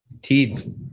teeds